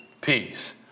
peace